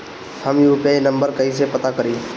हम UPI number कइसे पता करी?